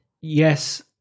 yes